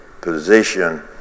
position